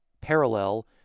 parallel